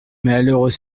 malheureux